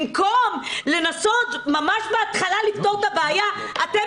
במקום לנסות ממש בהתחלה לפתור את הבעיה אתם